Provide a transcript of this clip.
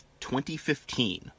2015